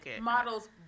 models